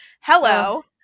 Hello